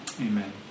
amen